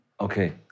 Okay